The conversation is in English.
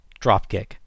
dropkick